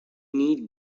need